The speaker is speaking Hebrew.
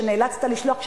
שנאלצת לשלוח,